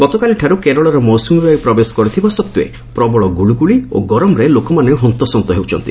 ଗତକାଲିଠାରୁ କେରଳରେ ମୌସୁମୀ ବାୟୁ ପ୍ରବେଶ କରିଥିବା ସତ୍ତ୍ୱେ ପ୍ରବଳ ଗୁଳୁଗୁଳି ଓ ଗରମରେ ଲୋକମାନେ ହନ୍ତସନ୍ତ ହେଉଛନ୍ତି